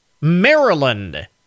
Maryland